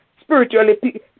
Spiritually